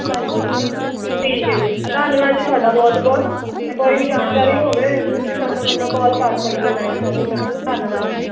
ਹਾਂਜੀ ਠੀਕ ਹੈ ਜੀ ਧੰਨਵਾਦ ਜੀ ਤੁਹਾਡਾ ਬਹੁਤ ਬਹੁਤ ਅਤੇ ਕੋਈ ਵੀ ਜਾਣਕਾਰੀ ਹੋਵੇ ਤੁਸੀਂ ਸਾਨੂੰ ਮਤਲਬ ਕੋਲ ਕਰ ਸਕਦੇ ਹੋ ਲੈਣੀ ਹੋਵੇ ਤਾਂ ਧੰਨਵਾਦ ਜੀ